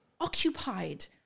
occupied